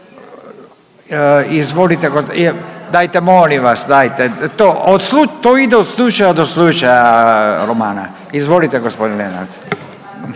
Izvolite, dajte molim vas dajte to ide od slučaja do slučaja Romana. Izvolite gospodine Lenart.